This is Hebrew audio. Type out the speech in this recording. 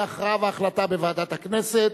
הכרעה והחלטה בוועדת הכנסת.